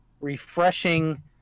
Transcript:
refreshing